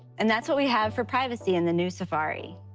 and that's what we have for privacy in the new safari.